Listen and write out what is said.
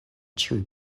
ĉiuj